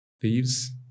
Thieves